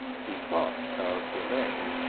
he thought of elaine,